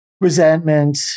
resentment